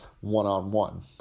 one-on-one